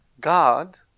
God